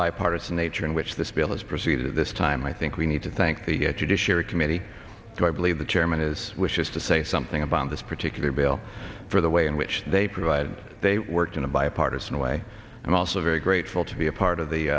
bipartisan nature in which this bill is proceeding at this time i think we need to thank the judiciary committee and i believe the chairman is wishes to say something about this particular bill for the way in which they provide they worked in a bipartisan way i'm also very grateful to be a part of the